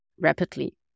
rapidly